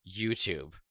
YouTube